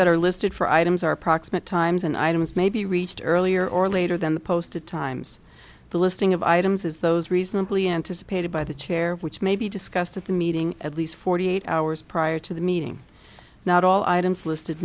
that are listed for items are proximate times and items may be reached earlier or later than the posted times the listing of items is those reasonably anticipated by the chair which may be discussed at the meeting at least forty eight hours prior to the meeting not all items listed